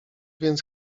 więc